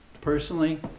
personally